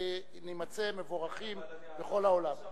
ונימצא מבורכים בכל העולם.